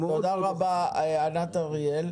תודה רבה, ענת אריאל.